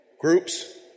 Groups